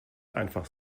einfach